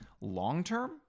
long-term